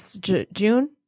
June